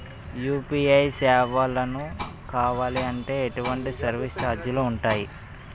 UPI సేవలను కావాలి అంటే ఎటువంటి సర్విస్ ఛార్జీలు ఉంటాయి?